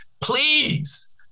Please